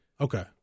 Okay